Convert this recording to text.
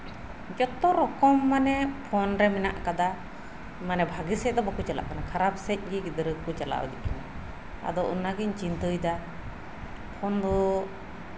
ᱡᱚᱛᱚ ᱨᱚᱠᱚᱢ ᱢᱟᱱᱮ ᱯᱷᱳᱱ ᱨᱮ ᱢᱮᱱᱟᱜ ᱠᱟᱫᱟ ᱢᱟᱱᱮ ᱵᱷᱟ ᱜᱤ ᱥᱮᱡ ᱫᱚ ᱵᱟᱠᱚ ᱪᱟᱞᱟᱜ ᱠᱟᱱᱟ ᱠᱷᱟᱨᱟᱯ ᱥᱮᱡ ᱜᱮ ᱜᱤᱫᱽᱨᱟᱹ ᱠᱚ ᱪᱟᱞᱟᱣ ᱤᱫᱤᱜ ᱠᱟᱱᱟ ᱟᱫᱚ ᱚᱱᱟᱜᱤᱧ ᱪᱤᱱᱛᱟᱹᱭ ᱫᱟ ᱯᱷᱳᱱ ᱫᱚ